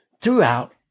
throughout